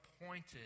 appointed